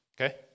okay